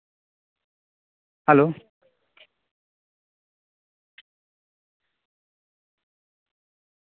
hello